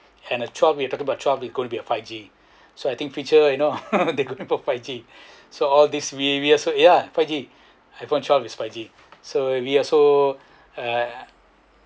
and uh twelve if talking about twelve it could be uh five G so I think future you know they going for five G so all this we we also ya five G I_phone twelve is five G so we also uh